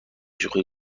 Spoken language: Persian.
شوخی